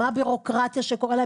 מה הבירוקרטיה כשקורה להם?